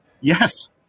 yes